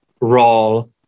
role